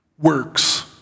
works